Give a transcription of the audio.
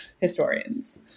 historians